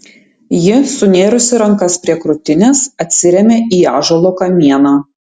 ji sunėrusi rankas prie krūtinės atsirėmė į ąžuolo kamieną